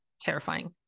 Terrifying